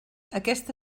aquesta